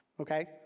Okay